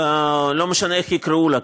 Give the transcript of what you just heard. ולא משנה איך יקראו לה,